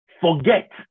Forget